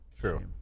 True